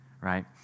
right